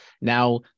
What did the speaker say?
now